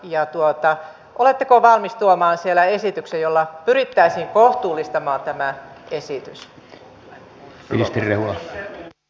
ja oletteko valmis tuomaan siellä esityksen jolla pyrittäisiin kohtuullistamaan tämä esitys